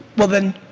well then,